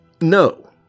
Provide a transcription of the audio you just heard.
no